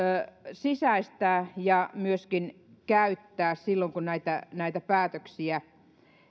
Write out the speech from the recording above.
sisäistää ja myöskin käyttää silloin kun näitä näitä päätöksiä